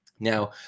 Now